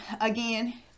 again